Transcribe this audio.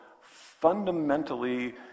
fundamentally